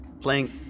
playing